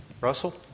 Russell